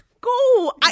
go